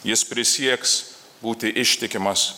jis prisieks būti ištikimas